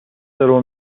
درو